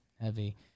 Heavy